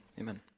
Amen